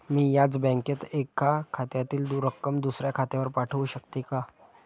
मी याच बँकेत एका खात्यातील रक्कम दुसऱ्या खात्यावर पाठवू शकते का?